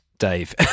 Dave